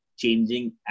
changing